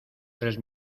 tres